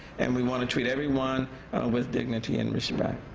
and we want to treat everyone with dignity and respect.